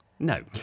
No